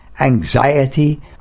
anxiety